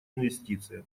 инвестициям